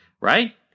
right